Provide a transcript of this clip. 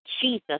Jesus